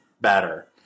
better